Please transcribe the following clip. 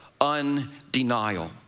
undenial